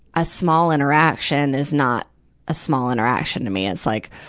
a small interaction is not a small interaction to me. it's like,